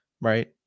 right